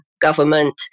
government